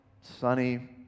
sunny